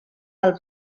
del